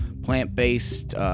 plant-based